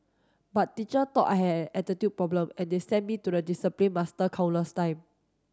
but teacher thought I had an attitude problem and they sent me to the discipline master countless time